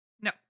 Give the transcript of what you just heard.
no